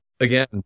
again